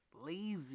lazy